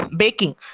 baking